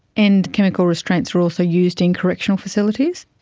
and chemical restraints are also used in correctional facilities?